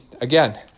again